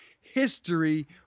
history